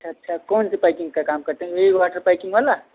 अच्छा अच्छा कौन सी पैकिन्ग का काम करते हैं यही वॉटर पैकिन्ग वाला